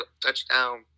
touchdown